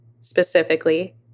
specifically